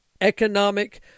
economic